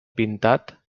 pintat